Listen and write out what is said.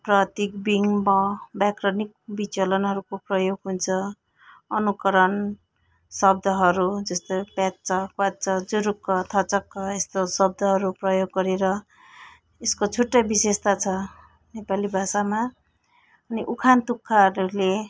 प्रतीक बिम्ब व्याकरणिक विचलनहरूको प्रयोग हुन्छ अनुकरण शब्दहरू जस्तै प्याच्च क्वाच्च जुरुक्क थचक्क यस्तो शब्दहरू प्रयोग गरेर यसको छुटै विशेषता छ नेपाली भाषामा अनि उखान तुक्काहरूले